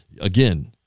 again